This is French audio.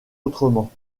autrement